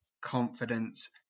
confidence